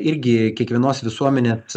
irgi kiekvienos visuomenės